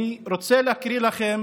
אני רוצה להקריא לכם